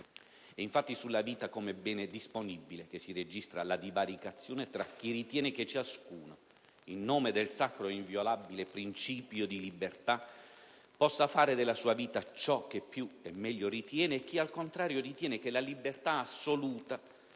È infatti sulla vita come bene disponibile che si registra la divaricazione tra chi ritiene che ciascuno, in nome del sacro ed inviolabile principio di libertà, possa fare della sua vita ciò che più e meglio ritiene e chi al contrario ritiene che la libertà assoluta